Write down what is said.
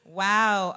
wow